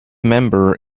member